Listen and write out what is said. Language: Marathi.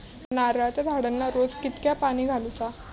नारळाचा झाडांना रोज कितक्या पाणी घालुचा?